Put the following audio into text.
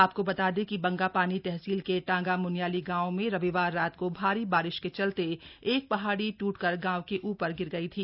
आपको बता दें कि बंगापानी तहसील के टांगा मुनियाली गांव में रविवार रात को भारी बारिश के चलते एक पहाड़ी टूटकर गांव के ऊपर गिर गयी थी